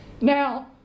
Now